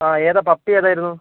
ആ ഏതാ പപ്പി ഏതായിരുന്നു